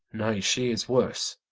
nay, she is worse,